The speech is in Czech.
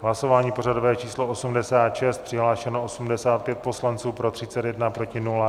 V hlasování pořadové číslo 86 přihlášeno 85 poslanců, pro 31, proti 0.